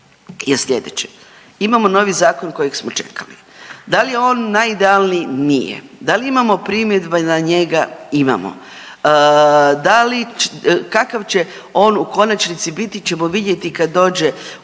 je slijedeće. Imamo novi zakon kojeg smo čekali, da li je on najidealniji, nije, da li imamo primjedba na njega, imamo, da li, kakav će on u konačnici biti ćemo vidjeti kad dođe